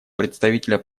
представителя